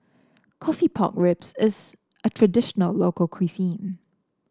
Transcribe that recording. coffee Pork Ribs is a traditional local cuisine